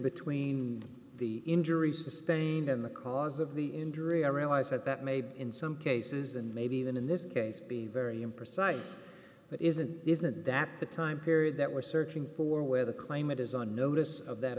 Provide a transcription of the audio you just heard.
between the injuries sustained in the cause of the injury i realize that that may in some cases and maybe even in this case be very imprecise but isn't isn't that the time period that we're searching for where the claimant is on notice of that